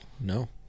No